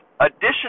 additional